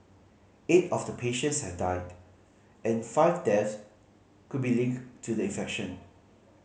eight of the patients have died and five deaths could be linked to the infection